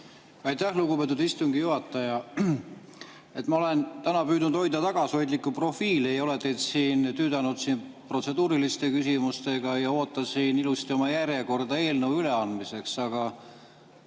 Aitäh, lugupeetud istungi juhataja! Ma olen täna püüdnud hoida tagasihoidlikku profiili, ei ole teid siin tüüdanud protseduuriliste küsimustega ja ootasin ilusasti oma järjekorda eelnõu üleandmiseks, aga